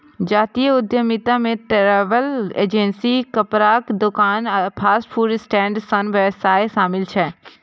जातीय उद्यमिता मे ट्रैवल एजेंसी, कपड़ाक दोकान, फास्ट फूड स्टैंड सन व्यवसाय शामिल छै